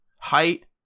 height